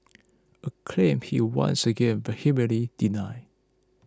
a claim he once again vehemently denied